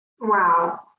Wow